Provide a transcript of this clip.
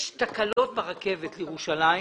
יש תקלות ברכבת לירושלים